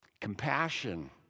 Compassion